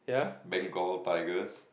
Bengal tigers